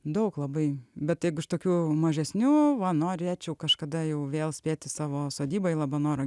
daug labai bet jeigu tokių mažesnių va norėčiau kažkada jau vėl spėti savo sodyboj labanoro